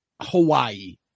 Hawaii